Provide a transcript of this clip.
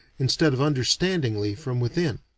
instead of understandingly from within.